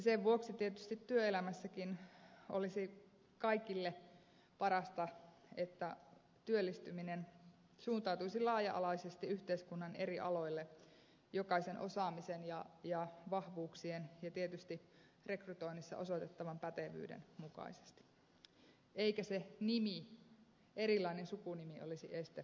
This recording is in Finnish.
sen vuoksi tietysti työelämässäkin olisi kaikille parasta että työllistyminen suuntautuisi laaja alaisesti yhteiskunnan eri aloille jokaisen osaamisen ja vahvuuksien ja tietysti rekrytoinnissa osoitettavan pätevyyden mukaisesti eikä se nimi erilainen sukunimi olisi este rekrytoinnille